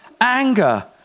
Anger